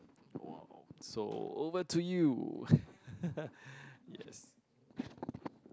!wow! so over to you yes